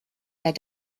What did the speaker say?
their